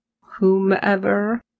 whomever